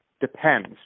depends